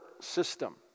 system